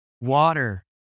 Water